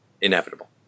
inevitable